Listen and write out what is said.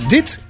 Dit